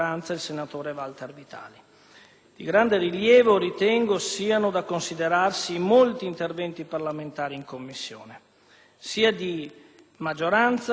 Di grande rilievo ritengo siano, inoltre, da considerarsi i molti interventi parlamentari svolti in Commissione, sia di maggioranza che di minoranza,